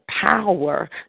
power